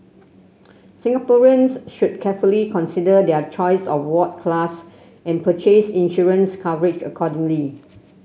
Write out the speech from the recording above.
Singaporeans should carefully consider their choice of ward class and purchase insurance coverage accordingly